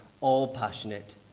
all-passionate